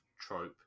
trope